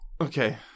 Okay